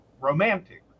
romantic